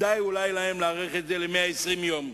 אולי כדאי להם להאריך את זה ל-120 יום.